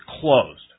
closed